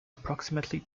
approximately